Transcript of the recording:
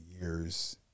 years